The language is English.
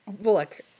look